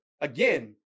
again